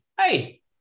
Hey